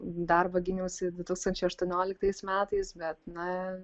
darbą gyniausi du tūkstančiai aštuonioliktais metais bet na